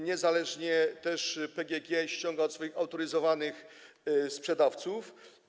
Niezależnie też PGG ściąga od swoich autoryzowanych sprzedawców.